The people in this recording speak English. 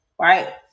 right